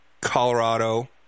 Colorado